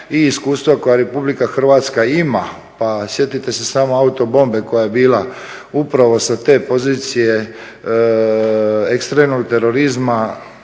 i iskustva koja RH ima. Pa sjetite se samo autobombe koja je bila upravo sa te pozicije ekstremnog terorizma